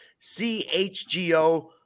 CHGO